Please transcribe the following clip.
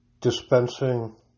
dispensing